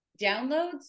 downloads